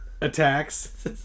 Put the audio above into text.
attacks